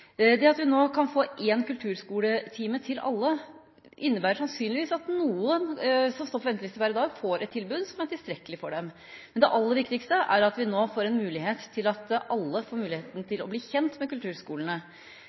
Det at vi nå kan få én kulturskoletime til alle, innebærer sannsynligvis at noen som står på venteliste per i dag, får et tilbud som er tilstrekkelig for dem. Men det aller viktigste er at vi nå gir alle en mulighet til å bli kjent med kulturskolene. Det kan medføre at